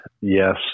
yes